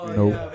nope